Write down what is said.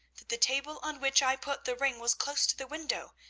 that the table on which i put the ring was close to the window,